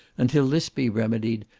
and till this be remedied,